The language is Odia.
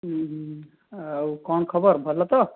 ଆଉ କ'ଣ ଖବର ଭଲ ତ